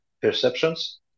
perceptions